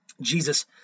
Jesus